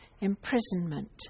imprisonment